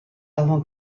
avant